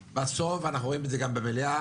בסוף אנחנו רואים את זה גם במליאה,